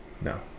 no